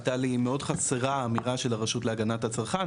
הייתה לי מאוד חסרה האמירה של הרשות להגנת הצרכן,